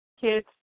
kids